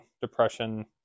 depression